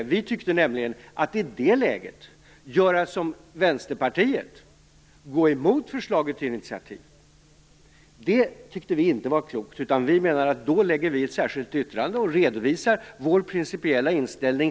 Vi moderater tyckte i det läget att det inte var klokt att göra som Vänsterpartiet och gå emot förslaget till initiativ. Vi lade fram ett särskilt yttrande och redovisade vår principiella inställning.